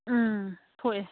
ꯎꯝ ꯊꯣꯛꯑꯦ